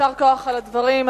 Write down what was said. יישר כוח על הדברים.